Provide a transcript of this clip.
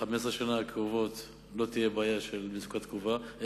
ב-15 השנים הקרובות לא תהיה בעיה של מצוקת קבורה.